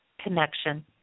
Connection